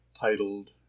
titled